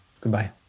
Goodbye